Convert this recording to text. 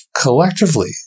collectively